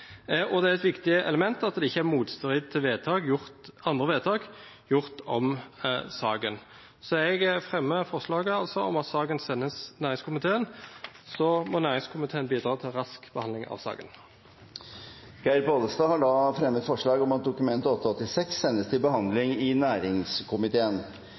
Det er også et viktig element at det ikke står i motstrid til andre vedtak som er gjort i saken. Derfor fremmer jeg et forslag om at saken sendes til næringskomiteen, og så må næringskomiteen bidra til rask behandling av saken. Representanten Geir Pollestad har da fremmet forslag om at Dokument 8:86 S for 2013–2014 sendes til